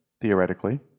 theoretically